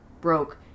broke